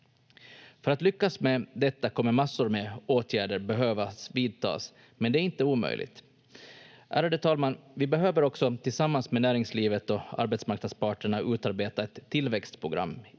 För att lyckas med detta kommer massor med åtgärder behöva vidtas, men det är inte omöjligt. Ärade talman! Vi behöver också tillsammans med näringslivet och arbetsmarknadsparterna utarbeta ett tillväxtprogram.